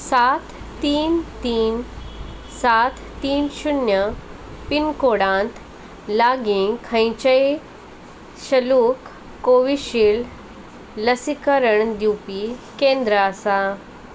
सात तीन तीन सात तीन शुन्य पिनकोडांत लागीं खंयचेंय सशुल्क कोविशिल्ड लसीकरण दिवपी केंद्र आसा